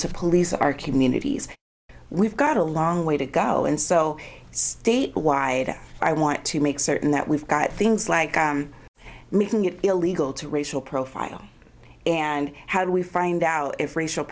to police our communities we've got a long way to go and so statewide i want to make certain that we've got things like making it illegal to racial pro trial and how do we find out if racial